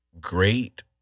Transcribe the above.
Great